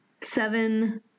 seven